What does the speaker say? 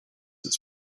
its